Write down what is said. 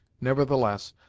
nevertheless,